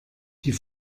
die